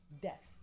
Death